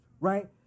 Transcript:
right